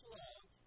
love